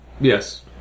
Yes